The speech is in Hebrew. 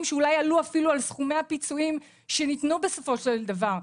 שאולי עלו אפילו על סכומי הפיצויים שניתנו בסופו של דבר.